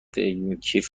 کیف